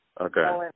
Okay